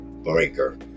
breaker